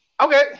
okay